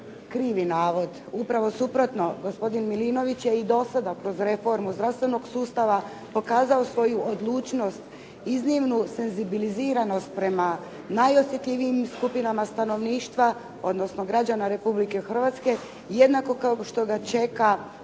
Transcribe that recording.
Krivi navod, upravo suprotno. Gospodin Milinović je i do sada kroz reformu zdravstvenog sustava pokazao svoju odlučnost iznimnu senzibiliziranost prema najosjetljivijim skupinama stanovništva, odnosno građana RH, jednako kao što ga čeka